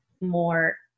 more